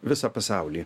visą pasaulį